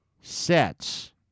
sets